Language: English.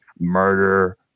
murder